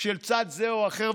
של צד זה או אחר.